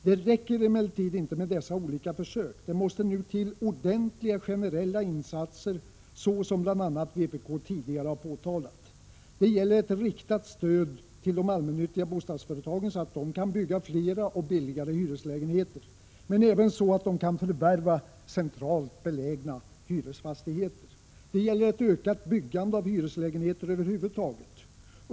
Det räcker emellertid inte med dessa olika försök, det måste nu till ordentliga generella insatser så som bl.a. vpk tidigare har påpekat. Det gäller ett riktat stöd till de allmännyttiga bostadsföretagen, så att de kan bygga fler och billigare hyreslägenheter, men även så att de kan förvärva centralt belägna hyresfastigheter. Det gäller ett ökat byggande av hyreslägenheter över huvud taget.